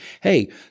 hey